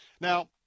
Now